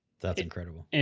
that's incredible.